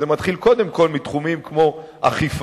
וזה מתחיל קודם כול מתחומים כמו אכיפה,